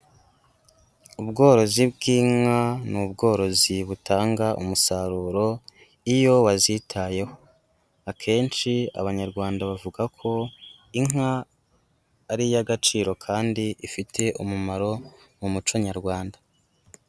Ubworozi bw'inka ni ubworozi butanga umusaruro iyo wazitayeho, akenshi Abanyarwanda bavuga ko inka ari iy'agaciro kandi ifite umumaro mu muco Nyarwanda.